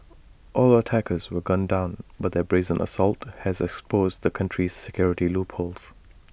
all attackers were gunned down but their brazen assault has exposed the country's security loopholes